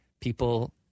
people –